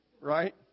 right